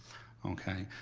okay,